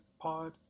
POD